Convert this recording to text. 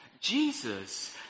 Jesus